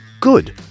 good